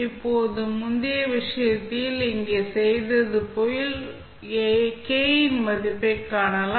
இப்போது முந்தைய விஷயத்திலும் இங்கே செய்ததைப் போல இன் மதிப்பைக் காணலாம்